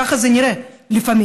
ככה זה נראה לפעמים.